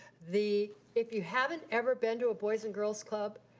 the if you haven't ever been to a boys and girls club,